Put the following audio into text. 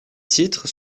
titres